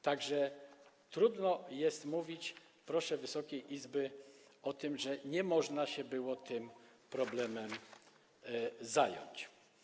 Tak że trudno jest mówić, proszę Wysokiej Izby, o tym, że nie można się było tym problemem zająć.